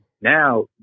now